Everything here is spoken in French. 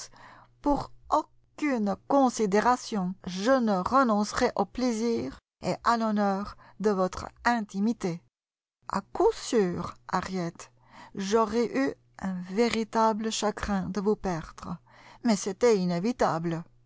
pour aucune considération je ne renoncerai au plaisir et à l'honneur de votre intimité à coup sûr harriet j'aurais eu un véritable chagrin de vous perdre mais c'était inévitable